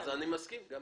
גם אני מסכים.